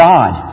God